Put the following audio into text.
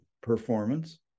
performance